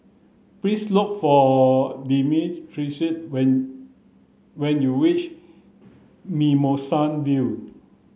please look for Demetrius when when you reach Mimosa View